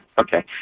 Okay